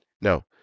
No